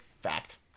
fact